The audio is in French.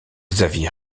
xavier